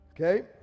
Okay